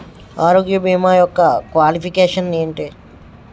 ఆరోగ్య భీమా యెక్క క్వాలిఫికేషన్ ఎంటి?